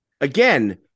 again